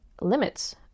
limits